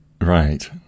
Right